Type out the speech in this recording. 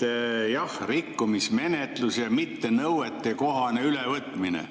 Jah, rikkumismenetlus ja mittenõuetekohane ülevõtmine.